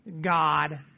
God